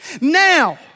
Now